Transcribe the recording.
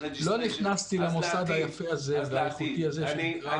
לא נכנסתי למוסד היפה והאיכותי הזה שנקרא --- אני